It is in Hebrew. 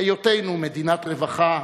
היותנו מדינת רווחה,